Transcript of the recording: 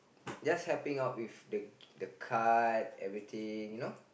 just helping out with the the card everything you know